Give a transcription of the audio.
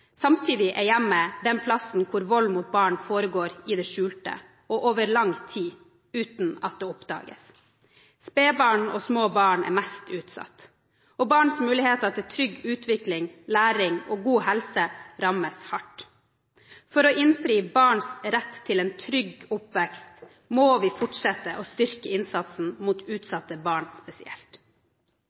Samtidig er hjemmet den plassen hvor vold mot barn foregår i det skjulte og over lang tid, uten at det oppdages. Spedbarn og små barn er mest utsatt. Barns mulighet for trygg utvikling, læring og god helse rammes hardt. For å innfri barns rett til en trygg oppvekst må vi fortsette å styrke innsatsen mot utsatte barn spesielt.